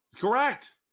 Correct